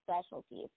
specialties